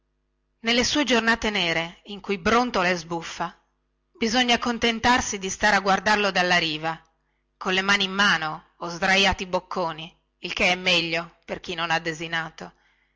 nelle sue giornate nere in cui brontola e sbuffa bisogna contentarsi di stare a guardarlo dalla riva colle mani in mano o sdraiati bocconi il che è meglio per chi non ha desinato